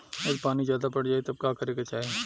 यदि पानी ज्यादा पट जायी तब का करे के चाही?